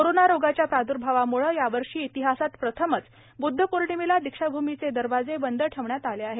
corona रोगाच्या प्रादर्भावामुळे यावर्षी इतिहासात प्रथमच बुदध पौर्णिमेला दीक्षाभूमीचे दवार बंद ठेवण्यात आले आहे